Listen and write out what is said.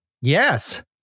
Yes